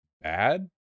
bad